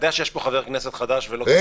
אתה יודע שיש פה חבר כנסת חדש --- רגע,